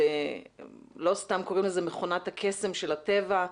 לא סתם קוראים לזה מכונת הקסם של הטבע.